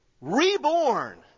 Reborn